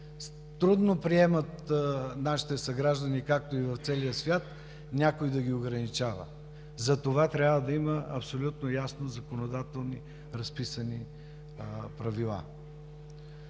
Трудно приемат нашите съграждани, както и в целия свят, някой да ги ограничава, затова трябва да има абсолютно ясни законодателно разписани правила.